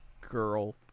girl